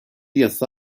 yasa